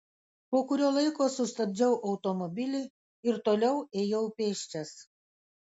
po kurio laiko sustabdžiau automobilį ir toliau ėjau pėsčias